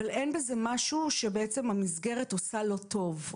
אבל אין בזה משהו שהמסגרת בעצם עושה לא טוב.